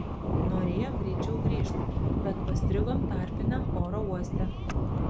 norėjom greičiau grįžt bet pastrigom tarpiniam oro uoste